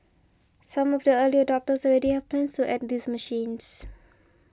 some of the early adopters already have plans to add these machines